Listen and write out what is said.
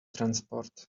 transport